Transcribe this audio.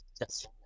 yes